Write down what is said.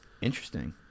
Interesting